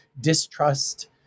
distrust